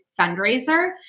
fundraiser